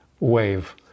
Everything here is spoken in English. Wave